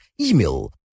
email